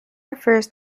refers